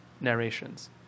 narrations